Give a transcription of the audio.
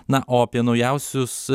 na o apie naujausius